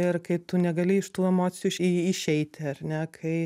ir kai tu negali iš tų emocijų išei išeiti ar ne kai